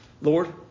Lord